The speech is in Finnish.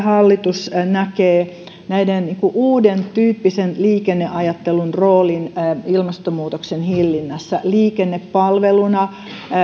hallitus näkee uudentyyppisen liikenneajattelun roolin ilmastonmuutoksen hillinnässä liikennepalveluna